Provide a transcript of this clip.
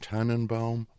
Tannenbaum